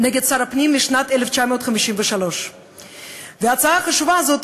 נגד שר הפנים משנת 1953. ההצעה החשובה הזאת